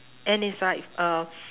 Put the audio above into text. and it's like uh